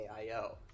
AIO